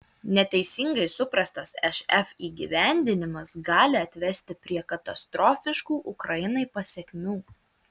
neteisingai suprastas šf įgyvendinimas gali atvesti prie katastrofiškų ukrainai pasekmių